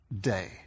day